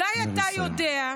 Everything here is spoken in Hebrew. אולי אתה יודע,